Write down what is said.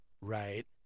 right